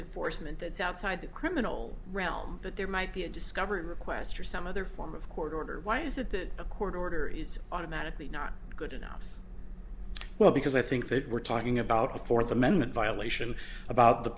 in force and that's outside the criminal realm but there might be a discovery request or some other form of court order why is it that a court order is automatically not good enough well because i think that we're talking about a fourth amendment violation about the